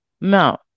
no